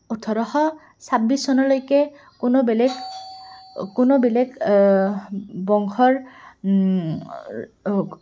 ওঠৰশ ছাব্বিছ চনলৈকে কোনো বেলেগ কোনো বেলেগ বংশৰ